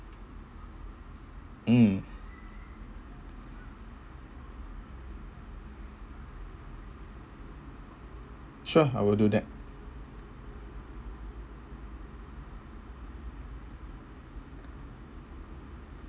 mm sure I will do that